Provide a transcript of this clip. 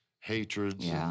hatreds